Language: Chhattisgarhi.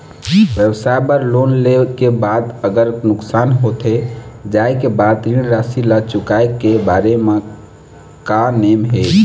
व्यवसाय बर लोन ले के बाद अगर नुकसान होथे जाय के बाद ऋण राशि ला चुकाए के बारे म का नेम हे?